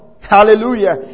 hallelujah